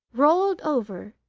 rolled over,